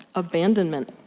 abandonment.